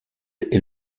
est